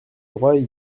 droits